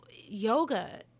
yoga